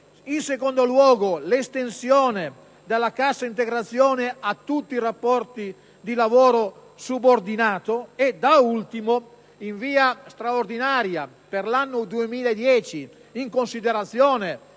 In secondo luogo, l'estensione della cassa integrazione a tutti i rapporti di lavoro subordinato; infine, in via straordinaria per l'anno 2010 - in considerazione